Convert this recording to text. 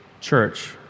church